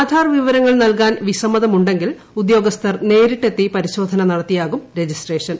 ആധാർ വിവരങ്ങൾ നൽകാൻ വിസ്സമ്മത്മുണ്ടെങ്കിൽ ഉദ്യോഗസ്ഥർ നേരിട്ടെത്തി പരിശോധന നടത്തിയാകൂറു രജിസ്ട്രേഷൻ